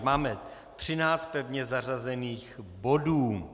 Máme 13 pevně zařazených bodů.